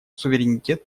суверенитет